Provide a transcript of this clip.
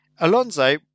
Alonso